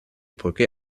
brücke